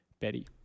Betty